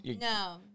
no